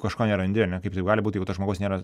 kažko nerandi ar ne kaip taip gali būt jeigu to žmogaus nėra